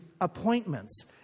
appointments